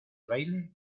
baile